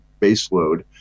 baseload